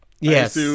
Yes